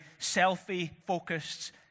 selfie-focused